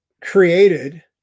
created